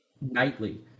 nightly